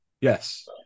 Yes